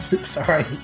sorry